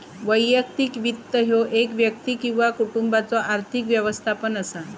वैयक्तिक वित्त ह्यो एक व्यक्ती किंवा कुटुंबाचो आर्थिक व्यवस्थापन असा